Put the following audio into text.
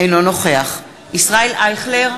אינו נוכח ישראל אייכלר,